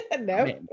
no